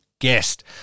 guest